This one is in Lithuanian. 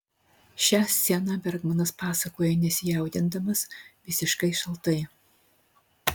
šią sceną bergmanas pasakoja nesijaudindamas visiškai šaltai